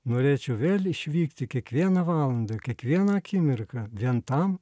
norėčiau vėl išvykti kiekvieną valandą kiekvieną akimirką vien tam